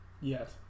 yes